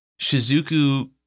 shizuku